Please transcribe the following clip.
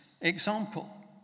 example